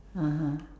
(uh huh)